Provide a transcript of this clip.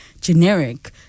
generic